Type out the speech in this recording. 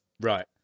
Right